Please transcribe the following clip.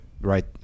right